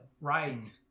Right